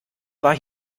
war